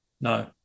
No